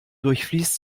durchfließt